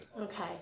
Okay